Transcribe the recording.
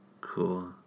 Cool